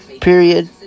Period